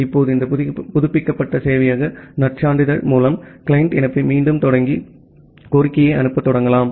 இப்போது இந்த புதுப்பிக்கப்பட்ட சேவையக நற்சான்றிதழ் மூலம் கிளையன்ட் இணைப்பை மீண்டும் தொடங்கி கோரிக்கையை அனுப்பத் தொடங்கலாம்